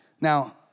Now